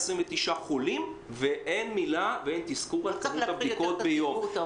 29 חולים, כשאין מילה על כמות הבדיקות ביום.